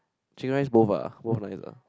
chicken rice both ah both nice ah